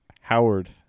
Howard